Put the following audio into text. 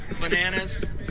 bananas